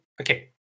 okay